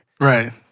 Right